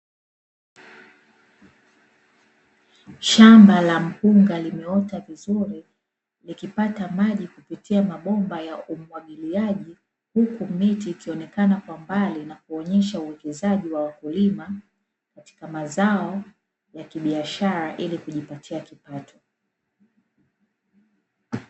Shamba la limeota la mpunga vizuri likipata maji kupitia mabomba ya umwagiliaji huku miti ikionekan kwa mbali na kuonesha uwekezaji wa wakulima na mazao ya kibiashara ili kujipatia kipato.